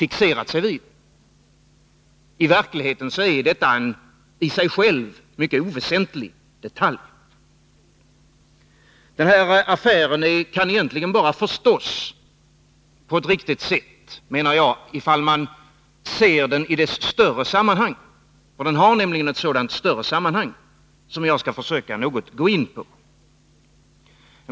I verkligheten rör det sig om oväsentliga detaljer. Den affär vi nu diskuterar kan egentligen bara förstås på ett riktigt sätt, menar jag, om man ser den i dess större sammanhang. Den har nämligen ett sådant större sammanhang, som jag skall försöka att något gå in på.